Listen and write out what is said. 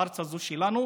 הארץ הזאת שלנו.